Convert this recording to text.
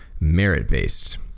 merit-based